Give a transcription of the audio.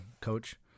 coach